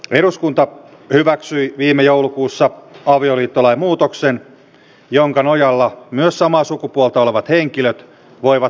eduskunta hyväksyi viime joulukuussa avioliittolain muutoksen jonka nojalla myös samaa sukupuolta olevat henkilöt voivat solmia avioliiton